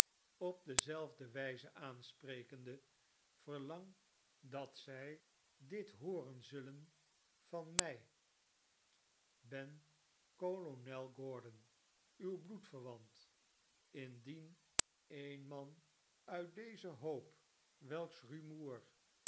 op dezelfde wijze aansprekende verlang dat zij dit hooren zullen van mij ben kolonel gordon uw bloedverwant indien e'en man uit dezen hoop welks rumoer